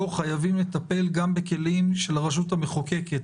חייבים לטפל גם בכלים של הרשות המחוקקת